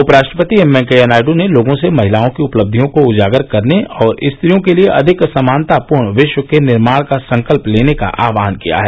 उप राष्ट्रपति एम वेंकैया नायड् ने लोगों से महिलाओं की उपलब्धियों को उजागर करने और स्त्रियों के लिए अधिक समानतापूर्ण विश्व के निर्माण का संकल्प लेने का आह्वान किया है